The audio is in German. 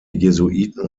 jesuiten